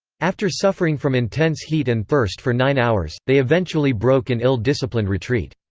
after suffering from intense heat and thirst for nine hours, they eventually broke in ill-disciplined retreat.